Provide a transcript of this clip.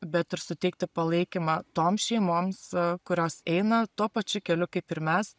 bet ir suteikti palaikymą toms šeimoms kurios eina tuo pačiu keliu kaip ir mes